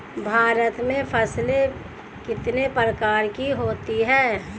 भारत में फसलें कितने प्रकार की होती हैं?